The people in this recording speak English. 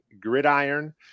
Gridiron